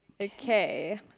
Okay